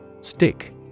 Stick